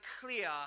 clear